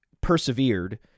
persevered